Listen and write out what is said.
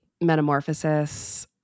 metamorphosis –